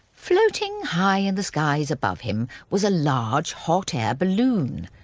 floating high in the skies above him was a large hot air balloon.